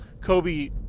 Kobe